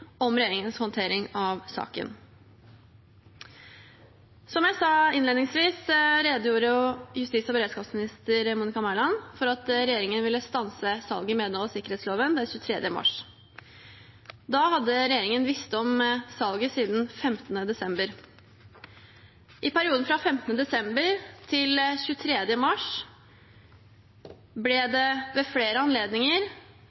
om regjeringens håndtering av saken. Som jeg sa innledningsvis, redegjorde justis- og beredskapsminister Monica Mæland den 23. mars for at regjeringen ville stanse salget i medhold av sikkerhetsloven. Da hadde regjeringen visst om salget siden 15. desember. I perioden fra 15. desember til 23. mars ble